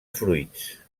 fruits